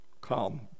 come